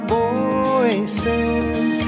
voices